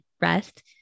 rest